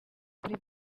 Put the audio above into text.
akora